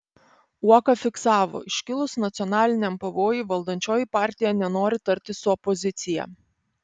uoka fiksavo iškilus nacionaliniam pavojui valdančioji partija nenori tartis su opozicija